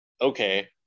okay